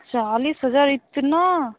चालीस हज़ार इतना